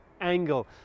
angle